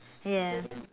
yeah